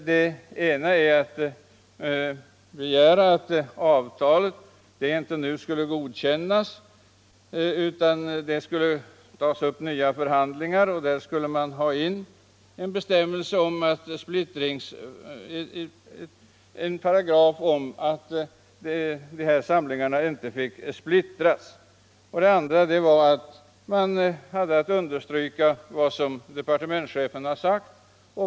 Den ena var att begära att avtalet inte skulle godkännas nu, utan att nya förhandlingar skulle tas upp. En paragraf om att de här samlingarna inte fick splittras skulle i så fall ha tagits med i avtalet. Den andra var att understryka vad departementschefen sagt.